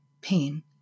pain